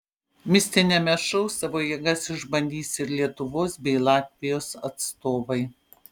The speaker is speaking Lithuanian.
mistiniame šou savo jėgas išbandys ir lietuvos bei latvijos atstovai